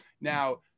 Now